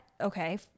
okay